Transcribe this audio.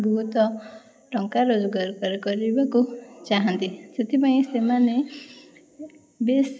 ବହୁତ ଟଙ୍କା ରୋଜଗାର କରି କରିବାକୁ ଚାହାଁନ୍ତି ସେଥିପାଇଁ ସେମାନେ ବେଶ୍